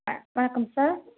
ஆ வணக்கம் சார்